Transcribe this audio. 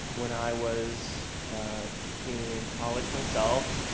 when i was in college myself,